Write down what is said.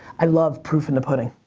i love proof in the pudding.